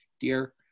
dear